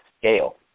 scale